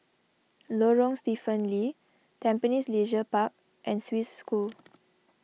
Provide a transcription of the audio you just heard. Lorong Stephen Lee Tampines Leisure Park and Swiss School